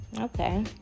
Okay